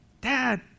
Dad